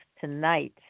tonight